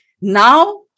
Now